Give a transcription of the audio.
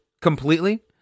completely